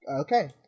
Okay